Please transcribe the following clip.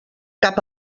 cap